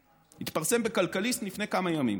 התפרסם בכלכליסט לפני כמה ימים.